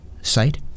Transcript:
site